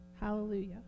Hallelujah